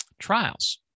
trials